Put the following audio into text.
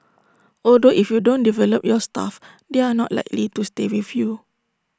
although if you don't develop your staff they are not likely to stay with you